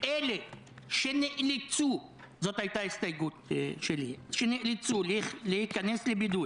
אלה שנאלצו זו הייתה ההסתייגות שלי שנאלצו להיכנס לבידוד